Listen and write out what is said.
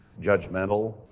judgmental